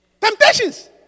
Temptations